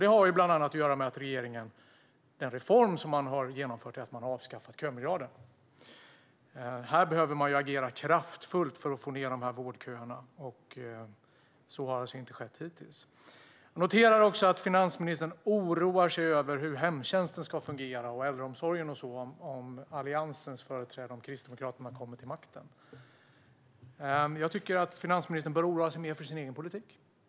Det har bland annat att göra med att regeringen genom den reform man har genomfört har avskaffat kömiljarden. Här behöver man agera kraftfullt för att få ned vårdköerna. Så har inte skett hittills. Jag noterar också att finansministern oroar sig över hur hemtjänsten och äldreomsorgen ska fungera om Alliansen företrädd av Kristdemokraterna kommer till makten. Jag tycker att finansministern bör oroa sig mer för sin egen politik.